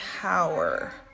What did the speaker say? power